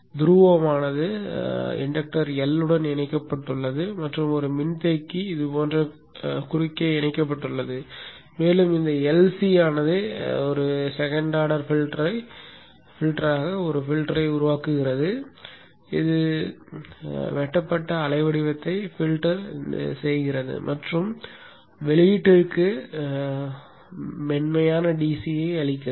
துருவமானது inductor L உடன் இணைக்கப்பட்டுள்ளது மற்றும் ஒரு மின்தேக்கி இது போன்ற குறுக்கே இணைக்கப்பட்டுள்ளது மேலும் இந்த LC ஆனது இரண்டாவது வரிசை பில்டராக ஒரு பில்டரை உருவாக்குகிறது இது வெட்டப்பட்ட அலை வடிவத்தை பில்டர் செய்கிறது மற்றும் வெளியீட்டிற்கு மென்மையான DC ஐ அளிக்கிறது